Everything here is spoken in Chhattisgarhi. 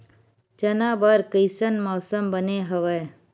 चना बर कइसन मौसम बने हवय?